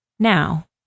Now